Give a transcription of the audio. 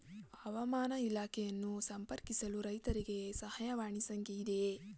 ಹವಾಮಾನ ಇಲಾಖೆಯನ್ನು ಸಂಪರ್ಕಿಸಲು ರೈತರಿಗೆ ಸಹಾಯವಾಣಿ ಸಂಖ್ಯೆ ಇದೆಯೇ?